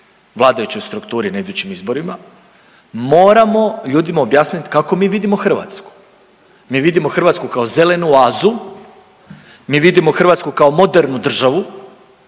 vladajućoj strukturi na idućim izborima, moramo ljudima objasnit kako mi vidimo Hrvatsku. Mi vidimo Hrvatsku kao zelenu oazu, mi vidimo Hrvatsku kao modernu državu,